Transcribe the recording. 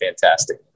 fantastic